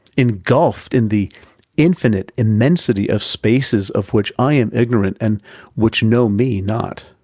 engulfed in the infinite immensity of spaces of which i am ignorant, and which know me not,